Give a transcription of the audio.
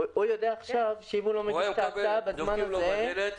היו דופקים לו בדלת,